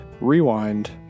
rewind